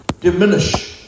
diminish